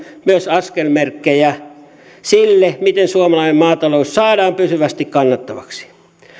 myös askelmerkkejä sille miten suomalainen maatalous saadaan pysyvästi kannattavaksi